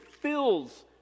fills